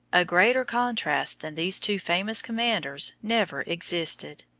a greater contrast than these two famous commanders never existed.